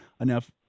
enough